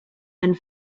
and